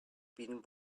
been